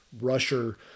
rusher